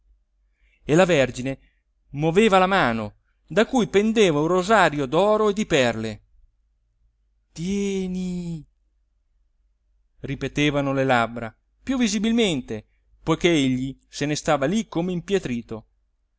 e la vergine moveva la mano da cui pendeva un rosario d'oro e di perle tieni ripetevano le labbra più visibilmente poiché egli se ne stava lì come impietrito